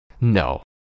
No